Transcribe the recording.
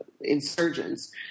insurgents